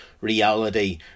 reality